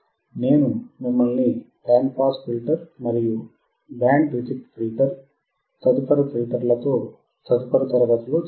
నేను మిమ్మల్ని band pass filter మరియు బ్యాండ్ రిజెక్ట్ ఫిల్టర్ తదుపరి ఫిల్టర్తో తదుపరి తరగతిలో చెప్తాను